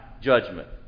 judgment